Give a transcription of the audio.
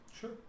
Sure